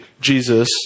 Jesus